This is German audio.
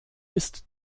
ist